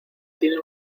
tiene